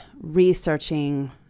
researching